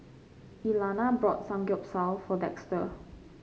Elana bought Samgyeopsal for Dexter